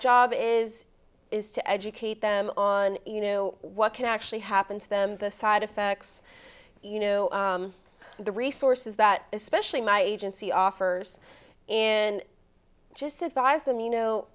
job is is to educate them on you know what can actually happen to them the side effects you know the resources that especially my agency offers and just advise them you know